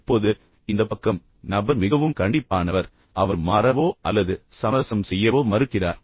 இப்போது இந்த பக்கம் நபர் மிகவும் கண்டிப்பானவர் அவர் மாறவோ அல்லது சமரசம் செய்யவோ மறுக்கிறார்